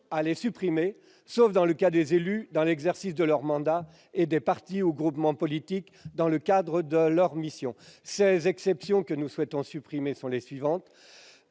à les supprimer, sauf dans le cas des élus dans l'exercice de leur mandat, et des partis et groupements politiques dans le cadre de leur mission. Les exceptions que nous souhaitons supprimer sont les suivantes